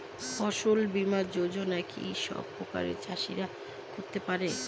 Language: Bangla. ফসল বীমা যোজনা কি সব প্রকারের চাষীরাই করতে পরে?